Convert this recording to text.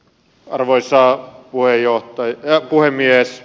arvoisa puhemies